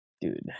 dude